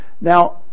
Now